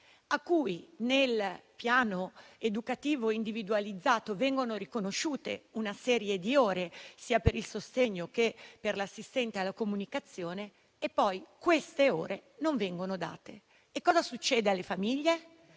a cui, nel piano educativo individualizzato, vengono riconosciute una serie di ore sia per il sostegno, sia per l'assistenza alla comunicazione e ai quali poi queste ore non vengono date. A quel punto a quelle famiglie,